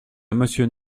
monsieur